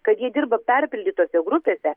kad jie dirba perpildytose grupėse